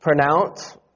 pronounce